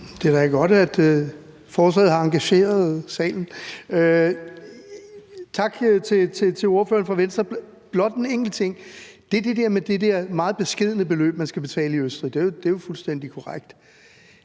Det er da godt, at forslaget har engageret salen. Tak til ordføreren for Venstre. Jeg har blot en enkelt ting: Det der med, at man skal betale et meget beskedent beløb i Østrig, er jo fuldstændig korrekt.